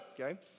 Okay